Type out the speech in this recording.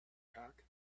pack